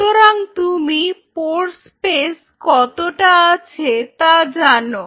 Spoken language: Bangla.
সুতরাং তুমি পোর স্পেস কতটা আছে তা জানো